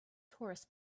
tourists